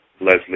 Leslie